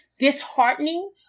disheartening